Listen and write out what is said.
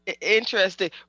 Interesting